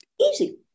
Easy